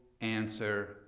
answer